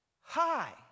Hi